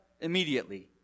immediately